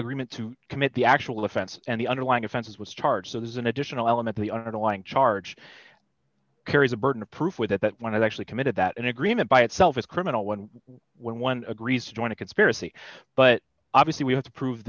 agreement to commit the actual offense and the underlying offense was charged so there's an additional element of the underlying charge carries a burden of proof with that that one is actually committed that an agreement by itself is criminal one when one agrees to join a conspiracy but obviously we have to prove